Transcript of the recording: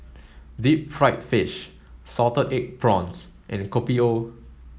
deep fried fish salted egg prawns and Kopi O